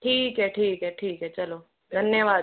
ठीक है ठीक है ठीक है चलो धन्यवाद